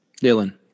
Dylan